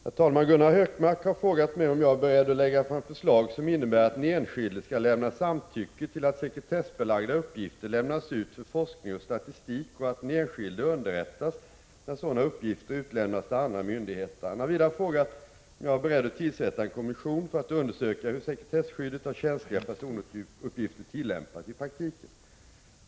Herr talman! Gunnar Hökmark har frågat mig om jag är beredd att lägga fram förslag som innebär att den enskilde skall ge samtycke till att sekretessbelagda uppgifter lämnas ut för forskning och statistik och att den enskilde underrättas när sådana uppgifter utlämnas till andra myndigheter. Han har vidare frågat om jag är beredd att tillsätta en kommission för att undersöka hur sekretesskyddet av känsliga personuppgifter tillämpas i praktiken.